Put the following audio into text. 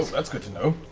that's good to know.